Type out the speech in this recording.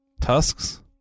Tusks